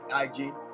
IG